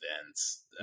events